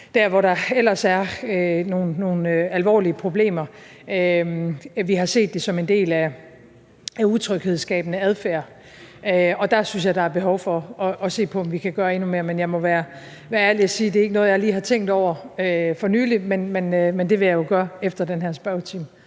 der, hvor der ellers er nogle alvorlige problemer. Vi har set det som en del af en utryghedsskabende adfærd, og der synes jeg, der er behov for at se på, om vi kan gøre endnu mere. Men jeg må være ærlig og sige, at det ikke er noget, jeg lige har tænkt over for nylig, men det vil jeg jo gøre efter den her spørgetime.